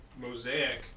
mosaic